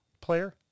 Player